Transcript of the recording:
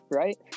right